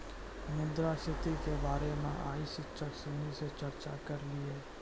मुद्रा स्थिति के बारे मे आइ शिक्षक सिनी से चर्चा करलिए